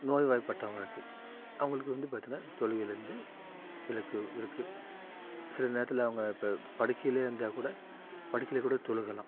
நோய்வாய்பட்டவங்களுக்கு அவங்களுக்கு வந்து பார்த்தம்னா தொழுகைலருந்து விளக்கு விளக்கு சில நேரத்தில் அவங்க ப படுக்கையில இருந்தால் கூட படுக்கையில கூட தொழுகலாம்